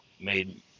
made